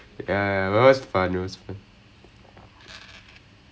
oh அவங்க அந்த மாதிரியா:avanga antha maathiriryaa very practical அந்த மாதிரியா:antha maathiriryaa